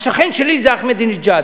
השכן שלי זה אחמדינג'אד,